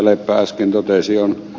leppä äsken totesi on